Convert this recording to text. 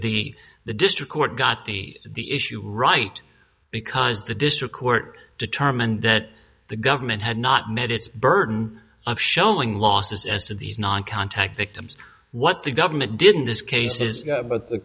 the the district court got the the issue right because the district court determined that the government had not met its burden of showing losses as to these non contact victims what the government didn't this case is